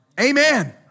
Amen